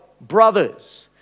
brothers